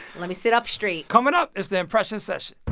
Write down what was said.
let me sit up straight coming up, it's the impression session